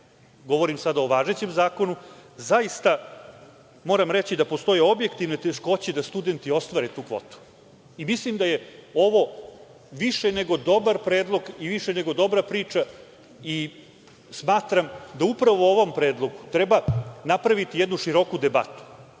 govorim sada o važećem zakonu, zaista moram reći da postoje objektivne teškoće da studenti ostvare tu kvotu. Mislim da je ovo više nego dobar predlog i više nego dobra priča i smatram da upravo o ovom predlogu treba napraviti jednu široku debatu,